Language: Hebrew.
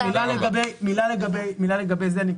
מילה לגבי זה,